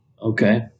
Okay